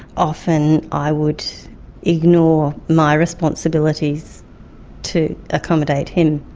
often i would ignore my responsibilities to accommodate him,